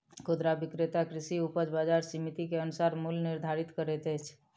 खुदरा विक्रेता कृषि उपज बजार समिति के अनुसार मूल्य निर्धारित करैत अछि